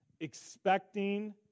expecting